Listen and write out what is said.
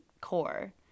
core